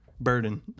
burden